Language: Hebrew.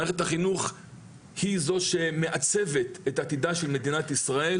מערכת החינוך היא זאת שמעצבת את עתידה של מדינת ישראל